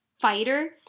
fighter